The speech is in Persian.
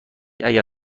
اگر